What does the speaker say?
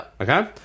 Okay